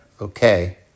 okay